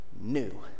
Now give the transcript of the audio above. new